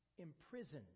imprisoned